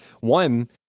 One